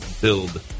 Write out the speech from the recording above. build